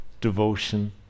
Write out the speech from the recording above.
devotion